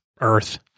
Earth